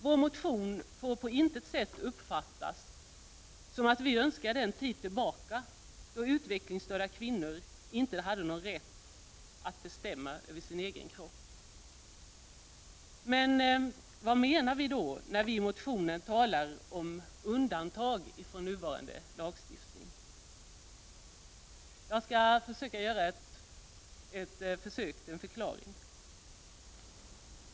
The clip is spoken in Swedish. Vår motion får på intet sätt uppfattas som om vi önskade den tid tillbaka då utvecklingsstörda kvinnor inte hade någon rätt att bestämma över sin egen kropp. Vad menar vi då, när vi i motionen talar om undantag från nuvarande lagstiftning? Jag skall göra ett försök till förklaring.